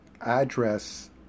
address